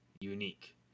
unique